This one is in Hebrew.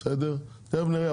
תכף נראה,